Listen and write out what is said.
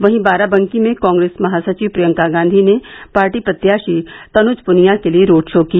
वहीं बाराबंकी में कांग्रेस महासचिव प्रियंका गांधी ने शहर में पार्टी प्रत्याशी तनुज पुनिया के लिये रोड शो किया